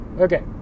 Okay